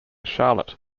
charlotte